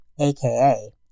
aka